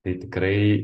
tai tikrai